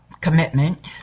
commitment